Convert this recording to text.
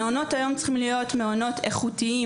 מעונות היום צריכים להיות מעונות איכותיים.